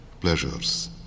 pleasures